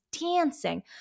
dancing